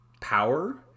power